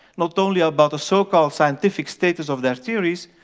not only about the so-called scientific status of their theories,